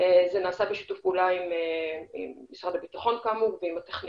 זה נעשה בשיתוף פעולה עם משרד הבטחון והטכניון.